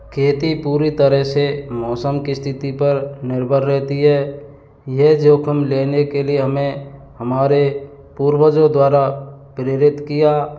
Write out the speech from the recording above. खेती पूरी तरह से मौसम की स्थिति पर निर्भर रहती है ये जोखिम लेने के लिए हमें हमारे पूर्वजों द्वारा प्रेरित किया